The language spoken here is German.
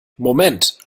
moment